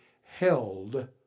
held